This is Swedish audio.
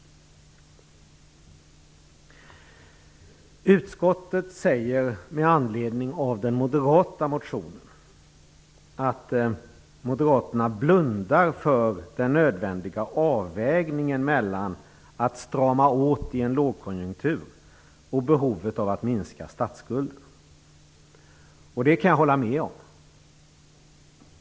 Utskottet säger med anledning av den moderata motionen att moderaterna blundar för den nödvändiga avvägningen mellan att strama åt i en lågkonjunktur och behovet av att minska statsskulden. Det kan jag hålla med om.